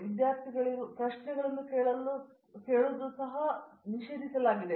ವಿದ್ಯಾರ್ಥಿಗಳು ಪ್ರಶ್ನೆಗಳನ್ನು ಕೇಳಲು ಸಹ ನಿಷೇಧಿಸಲಾಗಿದೆ